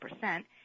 percent